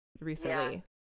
recently